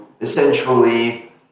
Essentially